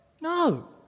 No